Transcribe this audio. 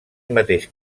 mateix